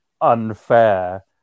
unfair